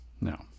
No